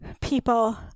people